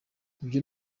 ivyo